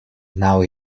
now